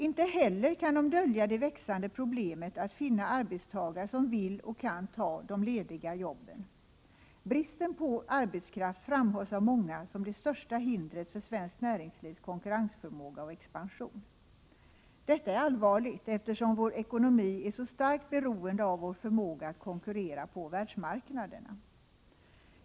Inte heller kan de dölja det växande problemet med att finna arbetstagare som vill och kan ta de lediga jobben. Bristen på arbetskraft framhålls av många som det största hindret för svenskt näringslivs konkurrensförmåga och expansion. Detta är allvarligt, eftersom vår ekonomi är så starkt beroende av vår förmåga att konkurrera på världsmarknaderna.